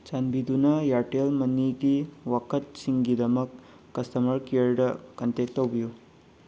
ꯆꯥꯟꯕꯤꯗꯨꯅ ꯏꯌꯥꯔꯇꯦꯜ ꯃꯅꯤꯒꯤ ꯋꯥꯀꯠꯁꯤꯡꯒꯤꯗꯃꯛ ꯀꯁꯇꯃꯔ ꯀꯤꯌꯔꯗ ꯀꯟꯇꯦꯛ ꯇꯧꯕꯤꯌꯨ